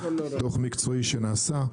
דוח מקצועי שנעשה,